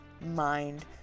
Mind